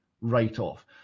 write-off